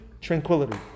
tranquility